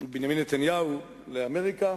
בנימין נתניהו יוצא לאמריקה